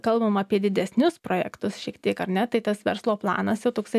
kalbam apie didesnius projektus šiek tiek ar ne tai tas verslo planas jau toksai